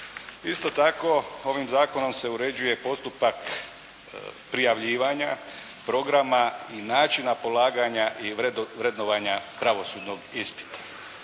Isto tako ovim zakonom se uređuje postupak prijavljivanja programa i načina polaganja i vrednovanja pravosudnog ispita.